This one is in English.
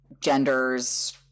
genders